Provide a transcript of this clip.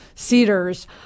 cedars